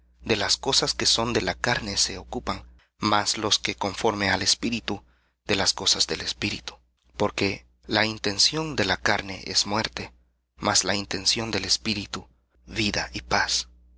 de las cosas que son de la carne se ocupan mas los que conforme al espíritu de las cosas del espíritu porque la intención de la carne es muerte mas la intención del espíritu vida y paz